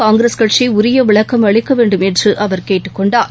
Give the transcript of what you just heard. காங்கிரஸ் கட்சி உரிய விளக்கம் அளிக்க வேண்டும் என்று அவர் கேட்டுக் கொண்டார்